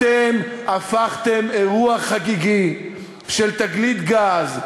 אתם הפכתם אירוע חגיגי של תגלית גז,